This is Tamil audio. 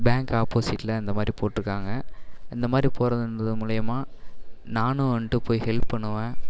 பேங்க் ஆப்போசிட்டில் இந்தமாதிரி போட்டிருக்காங்க இந்தமாதிரி போடுதுங்குற மூலயமா நானும் வந்துட்டு போய் ஹெல்ப் பண்ணுவேன்